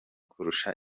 kurusha